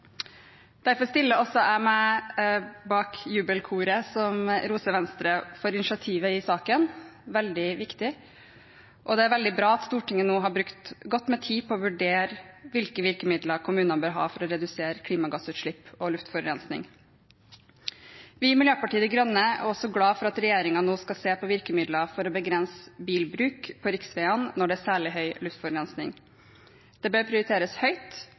Derfor stiller også jeg meg i jubelkoret som roser Venstre for initiativet til denne saken – den er veldig viktig. Og det er veldig bra at Stortinget nå har brukt godt med tid på å vurdere hvilke virkemidler kommunene bør ha for å redusere klimagassutslipp og luftforurensning. Vi i Miljøpartiet De Grønne er også glade for at regjeringen nå skal se på virkemidler for å begrense bilbruk på riksveiene når det er særlig høy luftforurensning. Dette bør prioriteres høyt,